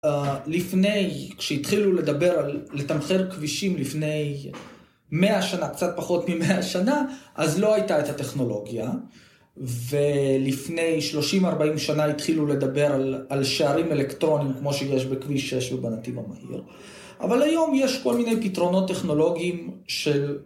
לפני, כשהתחילו לדבר על לתמחר כבישים לפני מאה שנה, קצת פחות ממאה שנה, אז לא הייתה את הטכנולוגיה. ולפני 30-40 שנה התחילו לדבר על שערים אלקטרונים, כמו שיש בכביש 6 ובנתיב המהיר. אבל היום יש כל מיני פתרונות טכנולוגיים של...